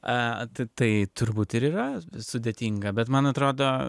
tai turbūt ir yra sudėtinga bet man atrodo